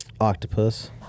Octopus